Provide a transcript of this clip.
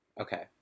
okay